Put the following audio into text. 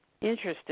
Interesting